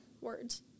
words